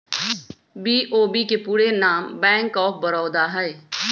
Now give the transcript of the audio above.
BOB के पूरे नाम बैंक ऑफ बड़ौदा हइ